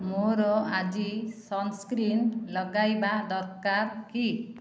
ମୋର ଆଜି ସନ୍ସ୍କ୍ରିନ୍ ଲଗାଇବା ଦରକାର କି